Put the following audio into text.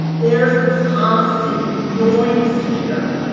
there's constant noise here.